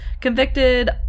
convicted